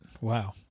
Wow